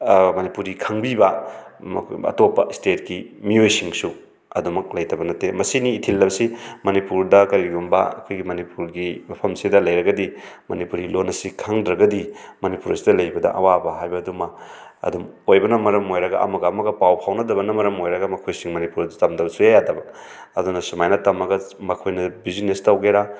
ꯃꯅꯤꯄꯨꯔꯤ ꯈꯪꯕꯤꯕ ꯑꯇꯣꯞꯄ ꯏꯁꯇꯦꯠꯀꯤ ꯃꯤꯑꯣꯏꯁꯤꯡꯁꯨ ꯑꯗꯨꯝꯃꯛ ꯂꯩꯇꯕ ꯅꯠꯇꯦ ꯃꯁꯤꯅꯤ ꯏꯊꯤꯜ ꯍꯥꯏꯕꯁꯤ ꯃꯅꯤꯄꯨꯔꯗ ꯀꯔꯤꯒꯨꯝꯕ ꯑꯩꯈꯣꯏꯒꯤ ꯃꯅꯤꯄꯨꯔꯒꯤ ꯃꯐꯝꯁꯤꯗ ꯂꯩꯔꯒꯗꯤ ꯃꯅꯤꯄꯨꯔꯤ ꯂꯣꯟ ꯑꯁꯤ ꯈꯪꯗ꯭ꯔꯒꯗꯤ ꯃꯅꯤꯄꯨꯔꯁꯤꯗ ꯂꯩꯕꯗ ꯑꯋꯥꯕ ꯍꯥꯏꯕꯗꯨꯃ ꯑꯗꯨꯝ ꯑꯣꯏꯕꯅ ꯃꯔꯝ ꯑꯣꯏꯔꯒ ꯑꯃꯒ ꯑꯃꯒ ꯄꯥꯎ ꯐꯥꯎꯅꯗꯕꯅ ꯃꯔꯝ ꯑꯣꯏꯔꯒ ꯃꯈꯣꯏꯁꯤ ꯃꯅꯤꯄꯨꯔ ꯇꯝꯗꯕ ꯁꯨꯛꯌꯥ ꯌꯥꯗꯕ ꯑꯗꯨꯅ ꯁꯨꯃꯥꯏꯅ ꯇꯝꯃꯒ ꯃꯈꯣꯏꯅ ꯕ꯭ꯌꯨꯖꯤꯅꯦꯁ ꯇꯧꯒꯦꯔꯥ